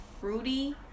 fruity